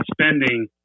spending